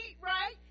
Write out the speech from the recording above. right